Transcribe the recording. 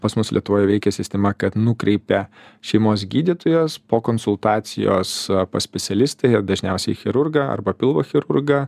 pas mus lietuvoj veikia sistema kad nukreipia šeimos gydytojas po konsultacijos pas specialistą ir dažniausiai chirurgą arba pilvo chirurgą